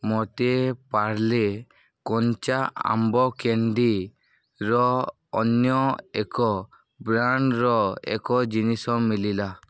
ମୋତେ ପାର୍ଲେ କଞ୍ଚା ଆମ୍ବ କ୍ୟାଣ୍ଡିର ଅନ୍ୟ ଏକ ବ୍ରାଣ୍ଡର ଏକ ଜିନିଷ ମିଳିଲା